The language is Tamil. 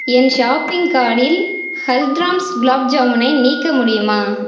என் ஷாப்பிங் கார்ட்டில் ஹல்திராம்ஸ் குலாப் ஜாமுனை நீக்க முடியுமா